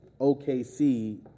OKC